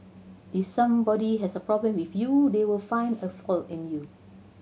if somebody has a problem with you they will find a fault in you